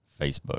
facebook